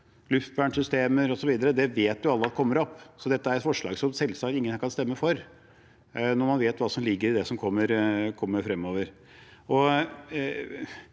luftvernsystemer – det vet jo alle at kommer opp. Dette er et forslag som selvsagt ingen her kan stemme for, når man vet hva som ligger i det som kommer fremover.